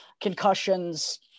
Concussions